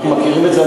אנחנו מכירים את זה.